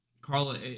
Carla